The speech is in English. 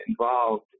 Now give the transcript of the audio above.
involved